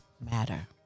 matter